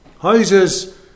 houses